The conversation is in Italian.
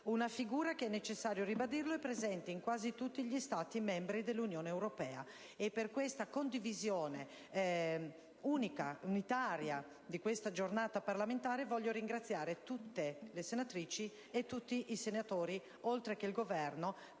una figura che - è necessario ribadirlo - è presente in quasi tutti gli Stati membri dell'Unione europea. Per la condivisione unitaria di questa giornata parlamentare voglio ringraziare tutte le senatrici e tutti i senatori, oltre che il Governo,